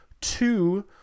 two